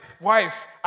wife